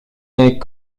est